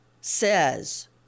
says